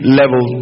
level